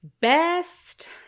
Best